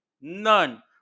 None